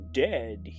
dead